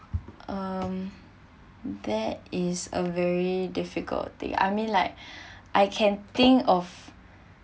um that is a very difficult I think I mean like I can think of